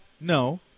No